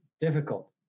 difficult